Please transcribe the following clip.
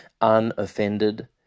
unoffended